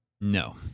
no